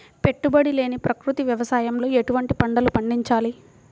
పెట్టుబడి లేని ప్రకృతి వ్యవసాయంలో ఎటువంటి పంటలు పండించాలి?